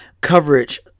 coverage